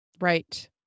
Right